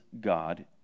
God